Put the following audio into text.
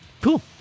Cool